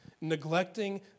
neglecting